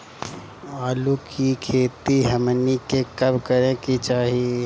आलू की खेती हमनी के कब करें के चाही?